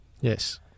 Yes